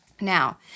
Now